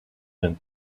and